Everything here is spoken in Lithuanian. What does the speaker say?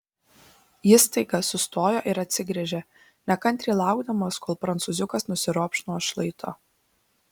jis staiga sustojo ir atsigręžė nekantriai laukdamas kol prancūziukas nusiropš nuo šlaito